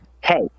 hey